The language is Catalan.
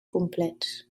complets